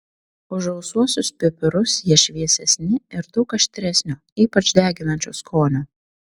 už rausvuosius pipirus jie šviesesni ir daug aštresnio ypač deginančio skonio